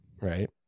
Right